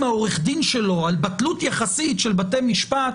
עורך הדין שלו על בטלות יחסית של בתי משפט